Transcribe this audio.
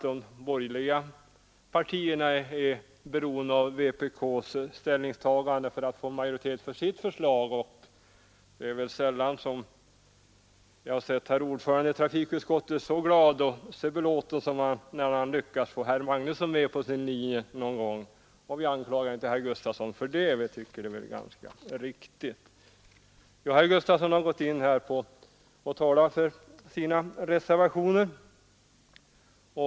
De borgerliga partierna är också beroende av vpk:s stöd för att få majoritet för sina förslag, och det är sällan jag ser ordföranden i trafikutskottet så glad och belåten som när han någon gång lyckas få herr Magnusson i Kristinehamn med på sin linje. Och vi anklagar inte herr Gustafson för det — vi tycker det är ganska naturligt. Herr Gustafson i Göteborg har talat för sina reservationer.